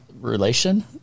relation